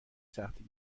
سختی